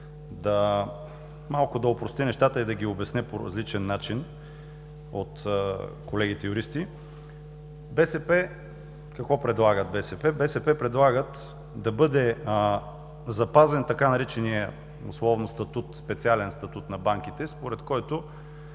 малко да опростя нещата и да ги обясня по различен начин от колегите юристи. Какво предлага БСП? От БСП предлагат да бъде запазен така нареченият условно „специален статут“ на банките, според който